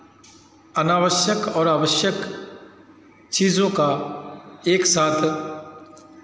अनावश्यक और आवश्यक चीज़ों का एक साथ